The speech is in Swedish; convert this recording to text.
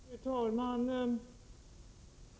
Prot. 1987/88:129 Fru talman!